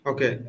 Okay